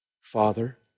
Father